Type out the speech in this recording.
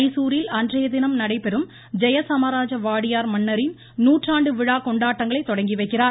மைசூரில் அன்றைய தினம் நடைபெறும் ஜெயசாமராஜ வாடியார் மன்னரின் நூற்றாண்டு விழா கொண்டாட்டங்களை தொடங்கி வைக்கிறார்